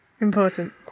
important